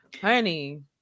honey